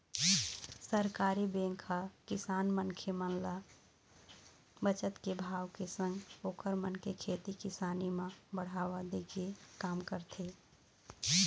सहकारी बेंक ह किसान मन के मन म बचत के भाव के संग ओखर मन के खेती किसानी म बढ़ावा दे के काम करथे